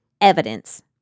evidence